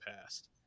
past